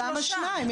למה שניים?